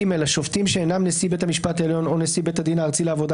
(ג) השופטים שאינם נשיא בית המשפט העליון או בית הדין הארצי לעבודה